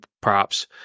props